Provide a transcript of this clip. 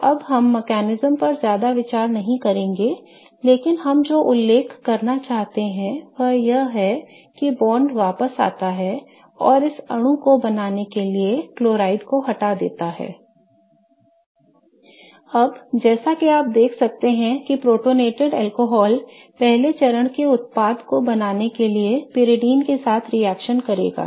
तो अब हम तंत्र पर ज्यादा विचार नहीं करेंगे लेकिन हम जो उल्लेख करना चाहते हैं वह यह है कि बांड वापस आता है और इस अणु को बनाने के लिए क्लोराइड को हटा देता है I अब जैसा कि आप देख सकते हैं कि प्रोटोनेटेड अल्कोहल पहले चरण के उत्पाद को बनाने के लिए पाइरीडीन के साथ रिएक्शन करेगा